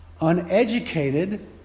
uneducated